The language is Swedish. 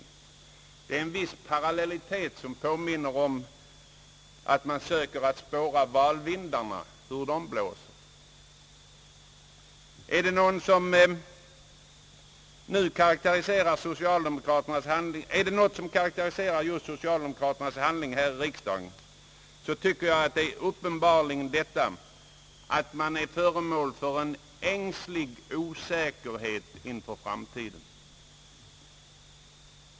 Det råder alltså en viss parallellitet som på minner om att man söker känna efter hur valvindarna blåser. Om det är något som karaktäriserar socialdemokraternas sätt att handla här i riksdagen, är det väl uppenbarligen denna ängsliga osäkerhet inför framtiden.